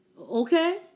Okay